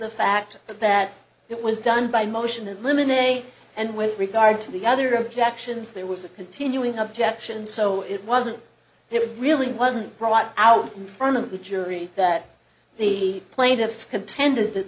the fact that it was done by motion in limine a and with regard to the other objections there was a continuing objection so it wasn't there it really wasn't brought out in front of the jury that the plaintiffs contended that